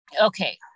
Okay